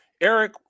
Eric